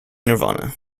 nirvana